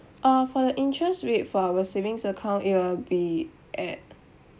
uh for the interest rate for our savings account it will be at